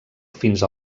fins